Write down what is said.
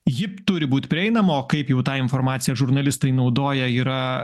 ji turi būti prieinama o kaip jau tą informaciją žurnalistai naudoja yra